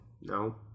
No